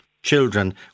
Children